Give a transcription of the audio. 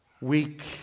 Weak